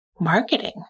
marketing